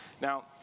Now